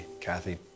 Kathy